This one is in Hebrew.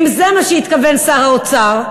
אם זה מה שהתכוון שר האוצר,